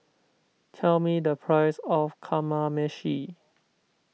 tell me the price of Kamameshi